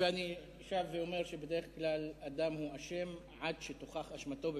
אני שב ואומר שבדרך כלל אדם הוא אשם עד שתוכח אשמתו בבית-משפט.